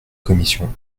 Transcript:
commission